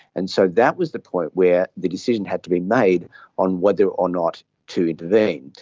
and so that was the point where the decision had to be made on whether or not to intervene.